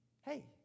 hey